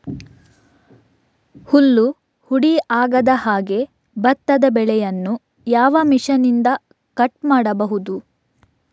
ಹುಲ್ಲು ಹುಡಿ ಆಗದಹಾಗೆ ಭತ್ತದ ಬೆಳೆಯನ್ನು ಯಾವ ಮಿಷನ್ನಿಂದ ಕಟ್ ಮಾಡಬಹುದು?